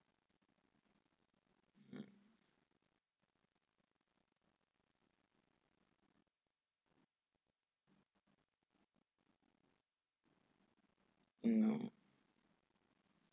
mm no